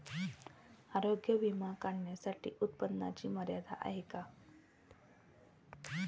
आरोग्य विमा काढण्यासाठी उत्पन्नाची मर्यादा आहे का?